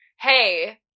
hey